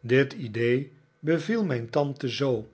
dit idee beviel mijn tante zoo